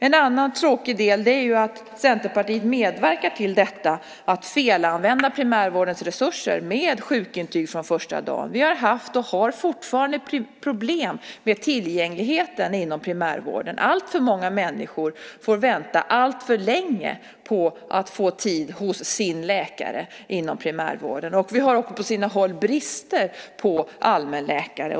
En annan tråkig del är att Centerpartiet medverkar till att felanvända primärvårdens resurser med kravet på sjukintyg från första dagen. Vi har haft och har fortfarande problem med tillgängligheten inom primärvården. Alltför många människor får vänta alltför länge på att få tid hos sin läkare inom primärvården. Det är också på sina håll brister på allmänläkare.